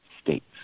States